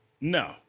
no